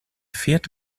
fährt